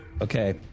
Okay